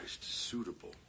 suitable